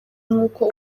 nk’uko